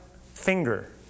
finger